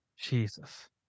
Jesus